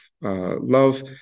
love